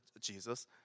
Jesus